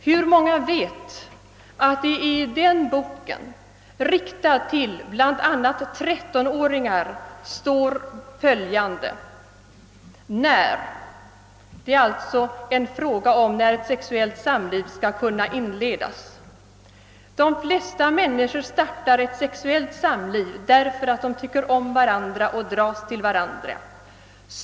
Hur många vet att det i den boken, riktad till bl.a. 13 åringar, står följande: »När?» — det är alltså en fråga om när sexuellt samliv skall kunna inledas. »De flesta människor startar ett sexuellt samliv därför att de tycker om varandra och dras till varandra.